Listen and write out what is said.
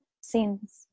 scenes